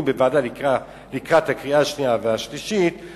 בוועדה לקראת הקריאה השנייה והשלישית,